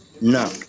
no